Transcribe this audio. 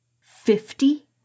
Fifty